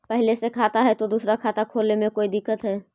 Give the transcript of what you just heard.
पहले से खाता है तो दूसरा खाता खोले में कोई दिक्कत है?